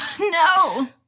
No